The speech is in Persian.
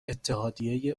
اتحادیه